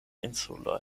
insuloj